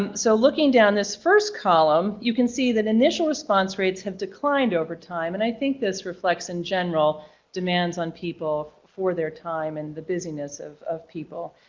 and so looking down this first column, you can see that initial response rates have declined over time and i think this reflects in general demands on people for their time and the business of of people,